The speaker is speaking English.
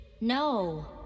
No